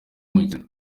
mukino